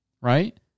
Right